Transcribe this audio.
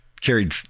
carried